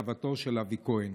כתבתו של אבי כהן.